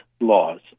laws